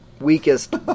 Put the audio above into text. weakest